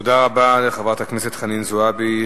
תודה רבה לחברת הכנסת חנין זועבי.